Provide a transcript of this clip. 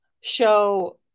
show